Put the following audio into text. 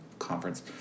Conference